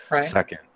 Second